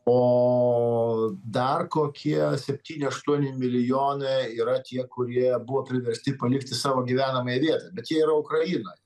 o dar kokie septyni aštuoni milijonai yra tie kurie buvo priversti palikti savo gyvenamąją vietą bet jie yra ukrainoj